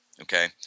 Okay